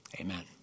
Amen